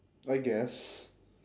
I guess